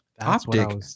optic